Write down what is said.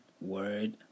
word